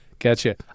Gotcha